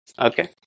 Okay